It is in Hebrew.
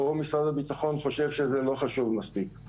משרד הביטחון חושב שזה לא חשוב מספיק.